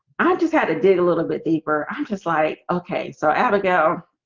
i just had to dig a little bit deeper. i'm just like okay so out ago